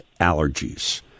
allergies